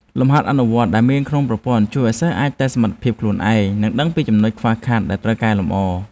លំហាត់អនុវត្តដែលមានក្នុងប្រព័ន្ធជួយឱ្យសិស្សអាចតេស្តសមត្ថភាពខ្លួនឯង និងដឹងពីចំណុចខ្វះខាតដែលត្រូវកែលម្អ។